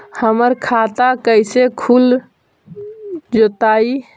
हमर खाता कैसे खुल जोताई?